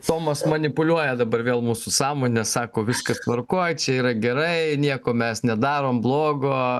tomas manipuliuoja dabar vėl mūsų sąmone sako viskas tvarkoj čia yra gerai nieko mes nedarom blogo